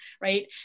right